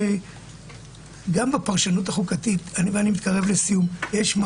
גם בפרשנות החוקתית יש מחלוקת,